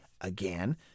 Again